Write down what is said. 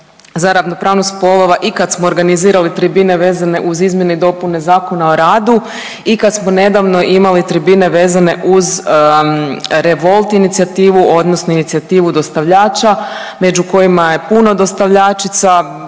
za ravnopravnost spolova i kad smo organizirali tribine vezane uz izmjene i dopune Zakona o radu i kad smo nedavno imali tribine vezane uz revolt inicijativu odnosno inicijativu dostavljača među kojima je puno dostavljačica,